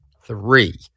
three